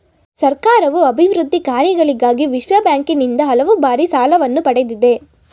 ಸರ್ಕಾರವು ಅಭಿವೃದ್ಧಿ ಕಾರ್ಯಗಳಿಗಾಗಿ ವಿಶ್ವಬ್ಯಾಂಕಿನಿಂದ ಹಲವು ಬಾರಿ ಸಾಲವನ್ನು ಪಡೆದಿದೆ